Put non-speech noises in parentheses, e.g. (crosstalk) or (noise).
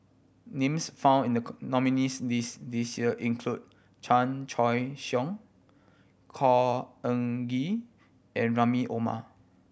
names found in the (unintelligible) nominees' list this year include Chan Choy Siong Khor Ean Ghee and Rahim Omar